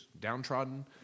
downtrodden